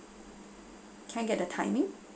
can I get the timing